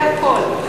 זה הכול.